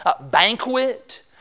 banquet